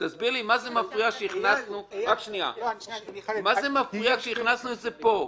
תסביר לי מה זה מפריע שהכנסנו את זה פה?